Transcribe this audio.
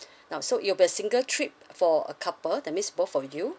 now so it'll be a single trip for a couple that means both for you